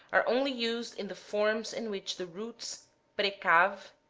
are only used in the forms in which the roots precav,